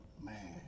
man